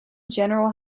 general